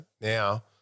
now